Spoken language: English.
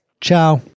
Ciao